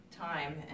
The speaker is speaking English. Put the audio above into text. time